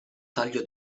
taglio